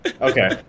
Okay